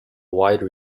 wide